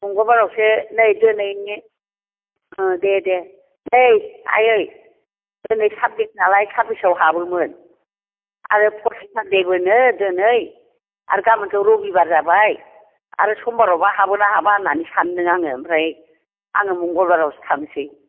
मंगलबारआवसो नै दिनै दे दे नै आइयै दिनै साब्बिस नालाय साब्बिसाव हाबोमोन आरो फर्थ सेटारडे बोनो दिनै आरो गाबोनथ' रबिबार जाबाय आरो समबारआवबा हाबोना हाबा होननानै सानदों आङो ओमफ्राय आङो मंगलबारावसो थांनोसै